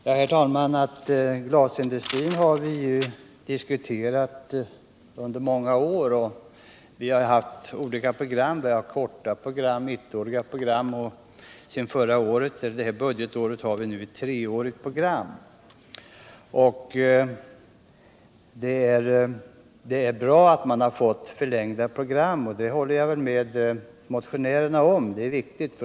Herr talman! Glasindustrin har vi diskuterat under många år. Det har förts fram olika program — korta program, ettåriga program och fr.o.m. innevarande budgetår har vi också ett treårigt program. Det är bra att vi har fått ett förlängt program — det håller jag med motionärerna om.